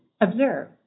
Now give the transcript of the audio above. observe